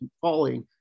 falling